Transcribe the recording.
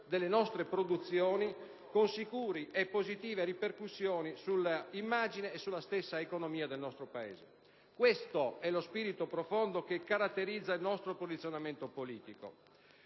delle nostre produzioni, con sicure e positive ripercussioni sull'immagine e sulla stessa economia del nostro Paese. Questo è lo spirito profondo che caratterizza il nostro posizionamento politico.